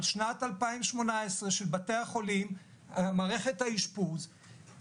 שנת 2018 של בתי החולים מערכת האשפוז,